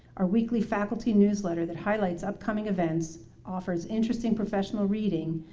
our weekly faculty newsletter that highlights upcoming events, offers interesting professional reading,